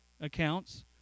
accounts